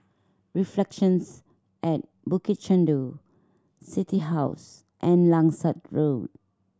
Reflections at Bukit Chandu City House and Langsat Road